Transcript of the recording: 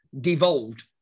devolved